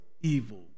evil